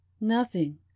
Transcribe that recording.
Nothing